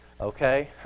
Okay